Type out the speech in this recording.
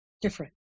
different